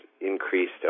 increased